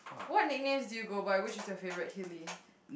what nicknames do you go by which is your favourite helli